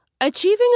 Achieving